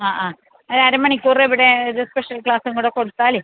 ആ ആ ഒരു അര മണിക്കൂർ ഇവിടെ ഒരു സ്പെഷ്യൽ ക്ലാസും കൂടെ കൊടുത്താൽ